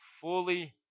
fully